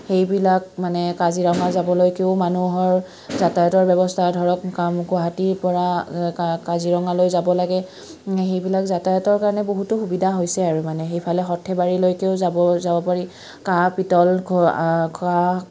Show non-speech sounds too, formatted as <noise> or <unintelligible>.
সেইবিলাক মানে কাজিৰঙা যাবলৈকেও মানুহৰ যাতায়তৰ ব্যৱস্থা ধৰক <unintelligible> গুৱাহাটীৰ পৰা কাজিৰঙালৈ যাব লাগে সেইবিলাক যাতায়তৰ কাৰণে বহুতো সুবিধা হৈছে আৰু মানে সেইফালে সৰ্থেবাৰীলৈকেও যাব যাব পাৰি কাঁহ পিতল <unintelligible>